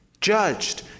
judged